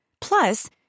Plus